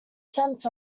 cents